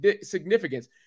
significance